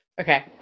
Okay